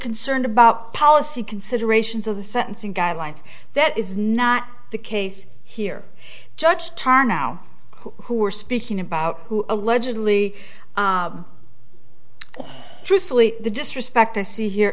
concerned about policy considerations of the sentencing guidelines that is not the case here judge turn now who are speaking about who allegedly truthfully the disrespect i see here